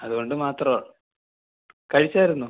അതുകൊണ്ട് മാത്രമാണ് കഴിച്ചായിരുന്നോ